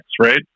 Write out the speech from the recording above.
right